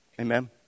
Amen